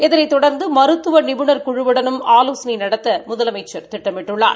இதனைத் தொடர்ந்து மருத்துவ நிபுணர் குழுவுடனும் ஆலோசனை நடத்த முதலமைச்சர் திட்டமிட்டுள்ளார்